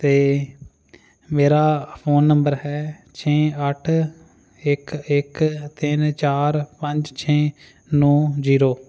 ਅਤੇ ਮੇਰਾ phone number ਹੈ ਛੇ ਅੱਠ ਇੱਕ ਇੱਕ ਤਿੰਨ ਚਾਰ ਪੰਜ ਛੇ ਨੌਂ ਜੀਰੋ